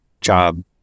job